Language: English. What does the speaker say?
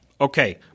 okay